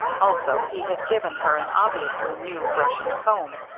also, he had given her an obviously new brush and comb,